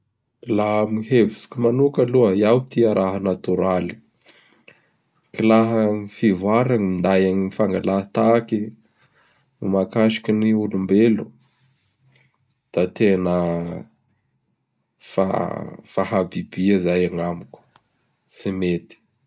Laha am hevitsiko manoka aloha! Iaho tia raha natoraly. K laha gny fivoara minday gn fangalaha tahaky mahakasiky ny olombelo; da tena fa fa habibia zay agnamiko. Tsy mety!